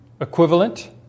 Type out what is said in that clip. Equivalent